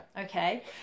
okay